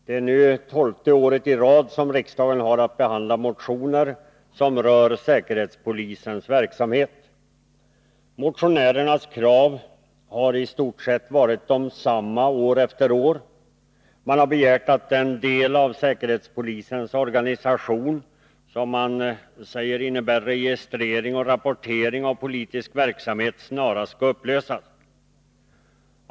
Herr talman! Det är nu tolfte året i rad som riksdagen har att behandla motioner som rör säkerhetspolisens verksamhet. Motionärernas krav har i stort sett varit desamma år efter år: man har begärt att den del av säkerhetspolisens organisation som man säger innebär registrering och rapportering av politisk verksamhet snarast skall upplösas.